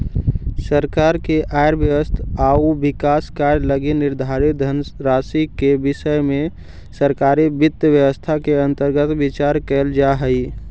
सरकार के आय व्यय आउ विकास कार्य लगी निर्धारित धनराशि के विषय में सरकारी वित्त व्यवस्था के अंतर्गत विचार कैल जा हइ